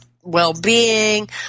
well-being